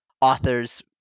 authors